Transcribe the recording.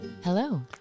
Hello